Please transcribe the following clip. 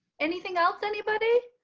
anything else anybody